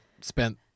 spent